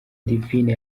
divine